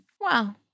Wow